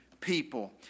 people